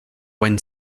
when